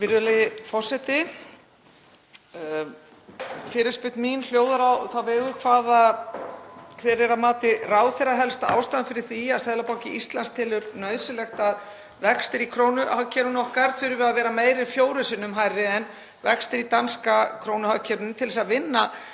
Virðulegi forseti. Fyrirspurn mín hljóðar á þá vegu: Hver er að mati ráðherra helsta ástæðan fyrir því að Seðlabanki Íslands telur nauðsynlegt að vextir í krónuhagkerfi okkar þurfi að vera meira en fjórum sinnum hærri en vextir í danska krónuhagkerfinu til þess að vinna